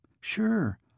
Sure